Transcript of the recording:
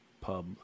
pub